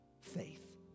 faith